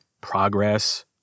progress